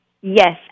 Yes